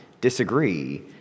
disagree